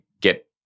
get